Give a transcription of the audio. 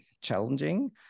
challenging